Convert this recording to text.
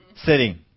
Sitting